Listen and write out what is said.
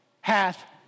hath